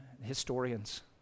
historians